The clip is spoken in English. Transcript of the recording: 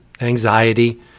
anxiety